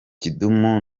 kidumu